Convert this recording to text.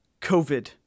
COVID